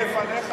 לפניך,